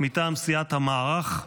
מטעם סיעת המערך,